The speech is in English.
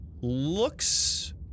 looks